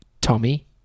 Tommy